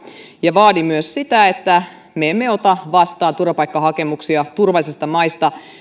ja vaadin myös sitä että me emme ota vastaan turvapaikkahakemuksia turvallisista maista